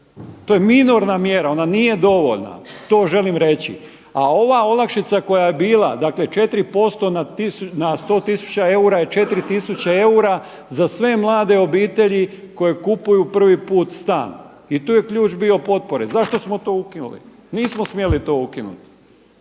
To je minorna mjera, ona nije dovoljna. To želim reći. A ova olakšica koja je bila, dakle 4% na 100 tisuća eura je 4000 eura za sve mlade obitelji koje kupuju prvi put stan. I tu je ključ bio potpore. Zašto smo to ukinuli? Nismo smjeli to ukinuti.